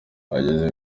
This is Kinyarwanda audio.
ageze